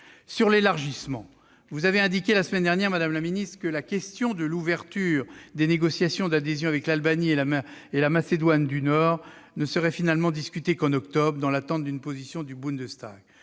secrétaire d'État, vous avez indiqué la semaine dernière que la question de l'ouverture des négociations d'adhésion avec l'Albanie et la Macédoine du Nord ne serait finalement discutée qu'en octobre, dans l'attente d'une position du Bundestag.